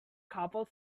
couple